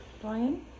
Brian